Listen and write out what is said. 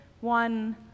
one